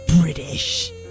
British